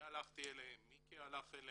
אני הלכתי אליהם, מיקי הלך אליהם.